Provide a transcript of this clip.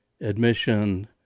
admission